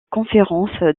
conférence